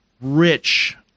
rich